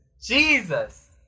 Jesus